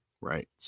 right